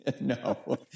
No